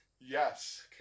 Yes